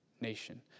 nation